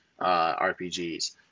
RPGs